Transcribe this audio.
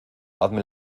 hazme